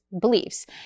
beliefs